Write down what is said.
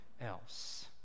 else